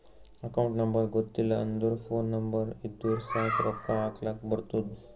account number ಗೊತ್ತಿಲ್ಲ ಅಂದುರ್ phone number ಇದ್ದುರ್ ಸಾಕ್ ರೊಕ್ಕಾ ಹಾಕ್ಲಕ್ ಬರ್ತುದ್